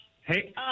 hey